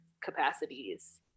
capacities